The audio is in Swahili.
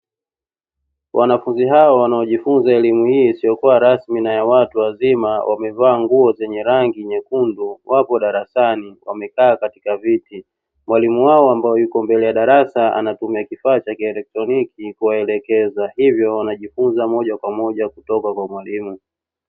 Wanafunzi hawa wanaojifunza elimu hii isiyo kuwa rasmi na ya watu wazima, wamevaa nguo zenye rangi nyekundu; wapo darasani wamekaa katika viti. Mwalimu wao ambaye yuko mbele ya darasa anakitumia kifaa cha kielektroniki, kuwaeleza hivyo wanajifunza moja kwa moja kutoka kwa mwalimu.